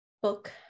book